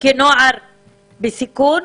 כנוער בסיכון,